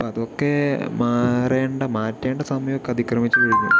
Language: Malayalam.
അപ്പൊൾ അതൊക്കെ മാറേണ്ട മാറ്റേണ്ട സമയം ഒക്കെ അതിക്രമിച്ചു കഴിഞ്ഞു